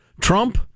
Trump